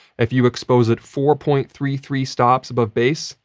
if you expose it four point three three stops above base,